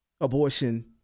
abortion